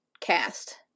cast